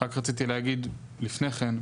רק רציתי להגיד לפני כן: